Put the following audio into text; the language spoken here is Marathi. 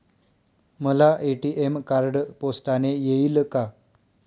मला ए.टी.एम कार्ड पोस्टाने येईल का?